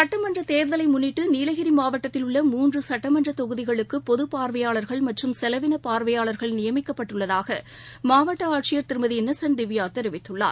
சுட்டமன்றத் தேர்தலைமுன்னிட்டுநீலகிரிமாவட்டத்தில் உள்ள மூன்றுசட்டமன்றதொகுதிகளுக்குபொதுப் பார்வையாளர்கள் மற்றும் செலவினபார்வையாளர்கள் நியமிக்கப்பட்டுள்ளதாகமாவட்டஆட்சியர் திருமதி இன்னசென்ட் திவ்யாதெரிவித்துள்ளார்